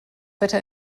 wetter